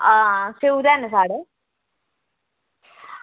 हां स्येऊ ते हैन साढ़े